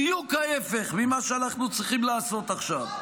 בדיוק ההפך ממה שאנחנו צריכים לעשות עכשיו.